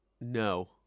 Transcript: No